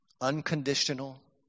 Unconditional